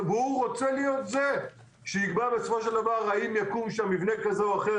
הוא רוצה להיות זה שיקבע בסופו של דבר האם יקום שם מבנה כזה או אחר.